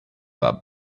about